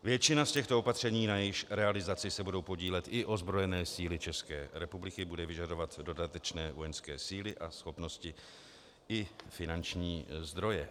Většina z těchto opatření, na jejichž realizaci se budou podílet i ozbrojené síly ČR, bude vyžadovat dodatečné vojenské síly a schopnosti i finanční zdroje.